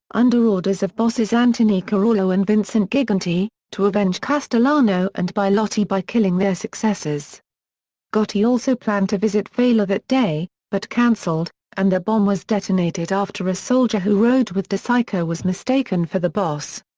under orders of bosses anthony corallo and vincent gigante, to avenge castellano and bilotti by killing their successors gotti also planned to visit failla that day, but canceled, and the bomb was detonated after a soldier who rode with decicco was mistaken for the boss.